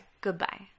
Goodbye